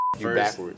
first